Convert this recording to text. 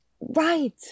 right